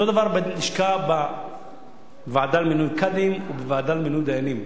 אותו דבר בוועדה למינוי קאדים ובוועדה למינוי דיינים.